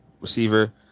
receiver